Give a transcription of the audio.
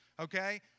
Okay